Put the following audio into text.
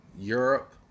Europe